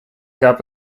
gab